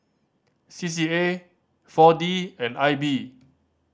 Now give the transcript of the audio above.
C C A Four D and I B